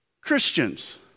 Christians